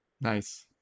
nice